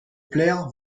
plaire